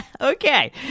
Okay